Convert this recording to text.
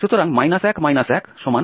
সুতরাং 1 1 2